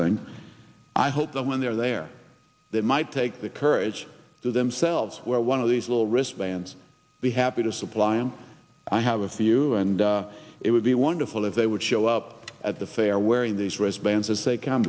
thing i hope that when they're there they might take the courage to themselves where one of these little wristbands be happy to supply and i have a few and it would be wonderful if they would show up at the fair wearing these wristbands as